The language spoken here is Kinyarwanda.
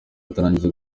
atararangiza